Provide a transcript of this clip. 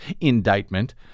indictment